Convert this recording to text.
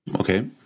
Okay